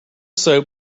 soap